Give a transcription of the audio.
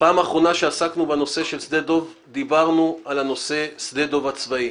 בפעם האחרונה שעסקנו בנושא שדה דב דיברנו על שדה דב הצבאי